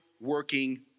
working